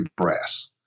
brass